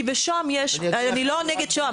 אני לא נגד שוהם,